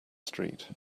street